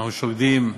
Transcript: אנחנו שוקדים,